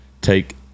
take